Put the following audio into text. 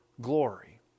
glory